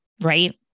right